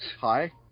Hi